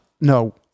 No